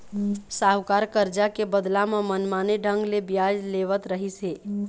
साहूकार करजा के बदला म मनमाने ढंग ले बियाज लेवत रहिस हे